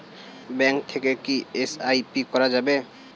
Bank থেকে কী SIP করা যাবে?